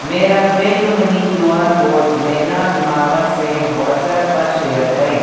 मेरा PayUMoney Q R code Meghraj Mahawar से WhatsApp पर शेयर करें